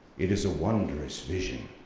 it is a wondrous vision,